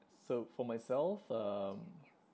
so for myself um